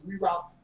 reroute